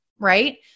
right